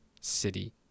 city